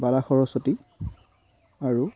বালা সৰস্বতী আৰু